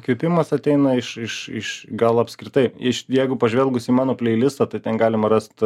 įkvėpimas ateina iš iš iš gal apskritai iš jeigu pažvelgus į mano pleilistą tai ten galima rast